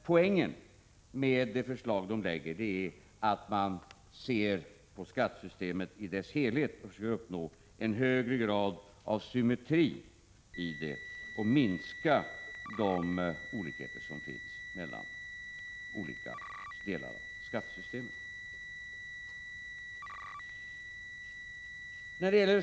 Poängen med dessa förslag är att man ser på skattesystemet i dess helhet för att uppnå en högre grad av symmetri i det och minska de olikheter som finns mellan skattesystemets olika delar.